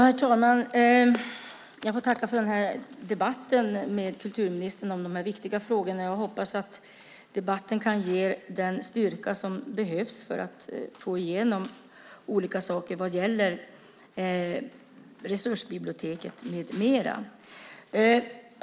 Herr talman! Jag får tacka för debatten med kulturministern om de här viktiga frågorna. Jag hoppas att debatten kan ge den styrka som behövs för att få igenom olika saker vad gäller resursbiblioteket med mera.